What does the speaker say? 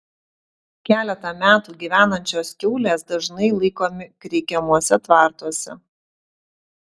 keletą metų gyvenančios kiaulės dažnai laikomi kreikiamuose tvartuose